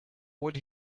would